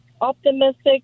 optimistic